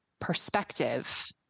perspective